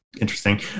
interesting